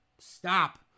Stop